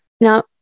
Now